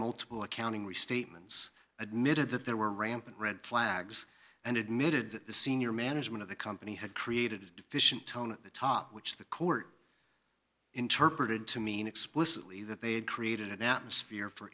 multiple accounting restatements admitted that there were rampant red flags and admitted that the senior management of the company had created a deficient tone at the top which the court interpreted to mean explicitly that they had created an atmosphere for